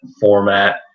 format